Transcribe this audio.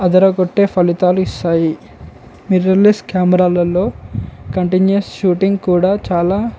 అదర కొట్టే ఫలితాలు ఇస్తాయి మిర్రర్లెస్ కెమెరాలలో కంటిన్యూయస్ షూటింగ్ కూడా చాలా